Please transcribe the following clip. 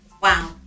Wow